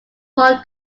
royal